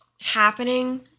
happening